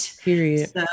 Period